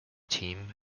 team